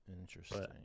Interesting